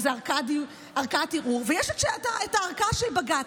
שזו ערכאת ערעור, ויש את הערכאה של בג"ץ,